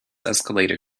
escalator